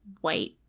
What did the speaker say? white